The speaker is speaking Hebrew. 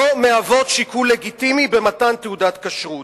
לא מהוות שיקול לגיטימי במתן תעודת כשרות.